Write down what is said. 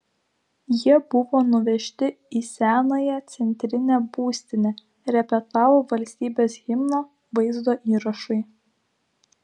jie buvo nuvežti į senąją centrinę būstinę repetavo valstybės himną vaizdo įrašui